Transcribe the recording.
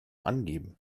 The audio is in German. angeben